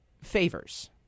favors